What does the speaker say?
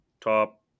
top